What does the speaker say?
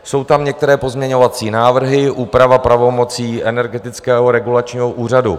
Jsou tam některé pozměňovací návrhy, úprava pravomocí Energetického regulačního úřadu.